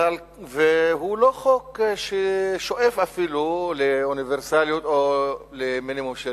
והוא לא חוק ששואף אפילו לאוניברסליות או למינימום של